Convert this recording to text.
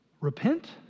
repent